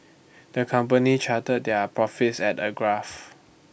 the company charted their profits at A graph